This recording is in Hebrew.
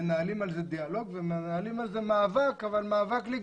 מנהלים על זה דיאלוג ומנהלים על זה מאבק לגיטימי.